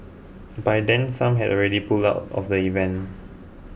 by then some had already pulled out of the event